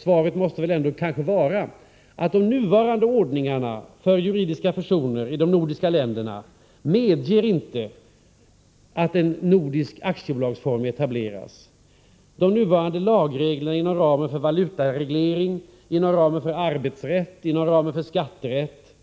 Svaret måste nog bli att de nuvarande ordningarna för juridiska personer i de nordiska länderna inte medger att en nordisk aktiebolagsform etableras. De nuvarande lagreglerna inom ramen för valutareglering, arbetsrätt och skatterätt